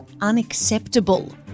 unacceptable